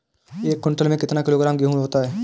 एक क्विंटल में कितना किलोग्राम गेहूँ होता है?